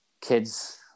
kids